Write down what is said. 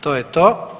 To je to.